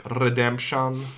Redemption